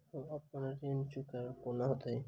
हम अप्पन ऋण चुकाइब कोना हैतय?